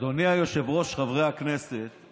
בלי שתהיה חתימה, עכשיו יש חותמת על האטימות שלו.